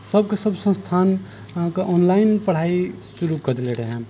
सभके सभ संस्थान अहाँके ऑनलाइन पढ़ाइ शुरु कय देने रहै